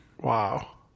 Wow